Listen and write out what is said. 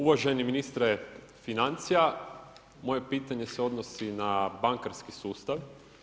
Uvaženi ministre financija, moje pitanje se odnosi na bankarski sustav.